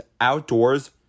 outdoors